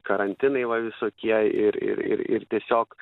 karantinai va visokie ir ir ir ir tiesiog